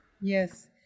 Yes